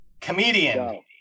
Comedian